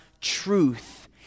truth